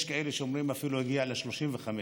יש כאלה שאומרים שהוא הגיע אפילו ל-35,000.